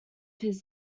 his